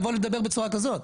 לבוא ולדבר בצורה כזאת.